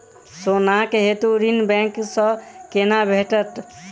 सोनाक हेतु ऋण बैंक सँ केना भेटत?